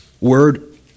word